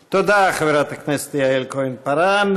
תודה, חברת הכנסת יעל כהן-פארן.